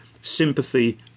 sympathy